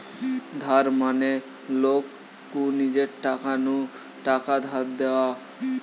ধার মানে লোক কু নিজের টাকা নু টাকা ধার দেওয়া